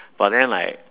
but then like